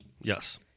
Yes